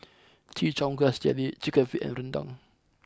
Chin Chow Grass Jelly Chicken Feet and Rendang